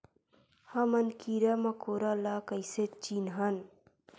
हमन कीरा मकोरा ला कइसे चिन्हन?